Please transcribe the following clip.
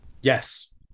yes